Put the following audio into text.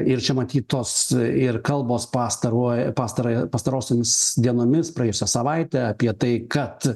ir čia matyt tos ir kalbos pastaruoju pastarąja pastarosiomis dienomis praėjusią savaitę apie tai kad